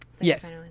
Yes